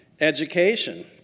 education